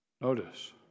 Notice